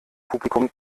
publikum